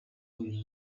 uyu